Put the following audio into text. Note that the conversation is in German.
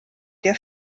der